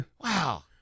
Wow